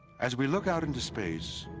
as we look out into space,